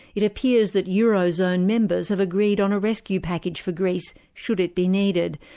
it appears that eurozone members have agreed on a rescue package for greece should it be needed,